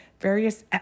various